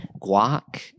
guac